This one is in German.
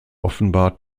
offenbar